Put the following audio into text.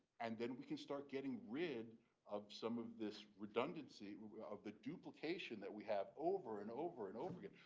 and then we can start getting rid of some of this redundancy of the duplication that we have over and over and over again.